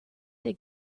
the